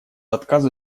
отказа